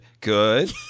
good